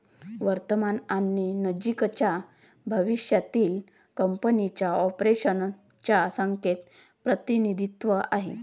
वर्तमान आणि नजीकच्या भविष्यातील कंपनीच्या ऑपरेशन्स च्या संख्येचे प्रतिनिधित्व आहे